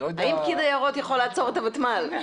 יכול לעצור את הוותמ"ל?